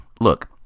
Look